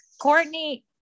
Courtney